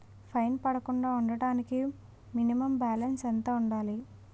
Fine పడకుండా ఉండటానికి minimum balance ఎంత ఉండాలి?